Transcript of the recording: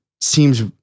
seems